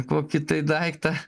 kokį tai daiktą